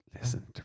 Listen